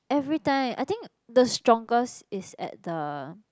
everytime I think the strongest is at the